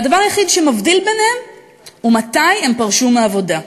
הדבר היחיד שמבדיל ביניהם הוא מתי הם פרשו מהעבודה.